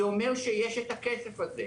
זה אומר שיש את הכסף הזה.